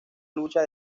lucha